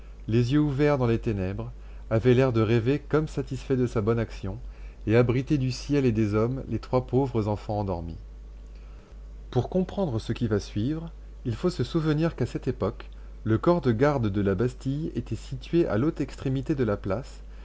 les yeux ouverts dans les ténèbres avait l'air de rêver comme satisfait de sa bonne action et abritait du ciel et des hommes les trois pauvres enfants endormis pour comprendre ce qui va suivre il faut se souvenir qu'à cette époque le corps de garde de la bastille était situé à l'autre extrémité de la place